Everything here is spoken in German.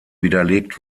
widerlegt